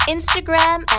Instagram